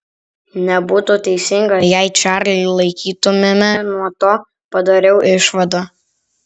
nebūtų teisinga jei čarlį laikytumėme nuo to padariau išvadą